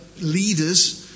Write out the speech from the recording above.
leaders